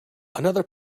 another